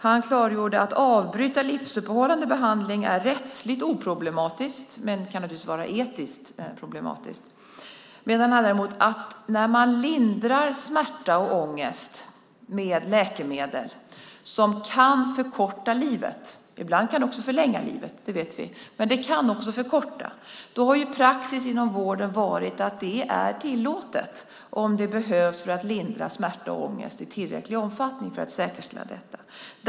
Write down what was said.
Han klargjorde för mig att det är rättsligt oproblematiskt att avbryta livsuppehållande behandling, men det kan naturligtvis vara etiskt problematiskt. Men ibland lindrar man smärta och ångest med läkemedel som kan förkorta livet. Ibland kan det också förlänga livet - det vet vi - men det kan även förkorta. Praxis inom vården har varit att det är tillåtet, om det behövs för att lindra smärta och ångest i tillräcklig omfattning, för att säkerställa detta.